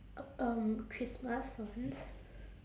uh um christmas ones